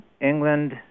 England